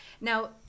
Now